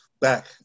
Back